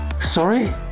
Sorry